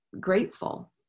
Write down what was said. grateful